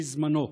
בזמנו: